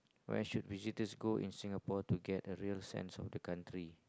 where should visitors go in singapore to get a real scene of the country